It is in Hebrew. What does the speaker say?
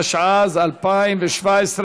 התשע"ז 2017,